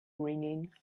ringing